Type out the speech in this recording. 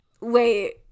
Wait